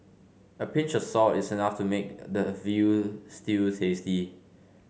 a pinch of salt is enough to make the veal stew tasty